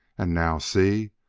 and now see.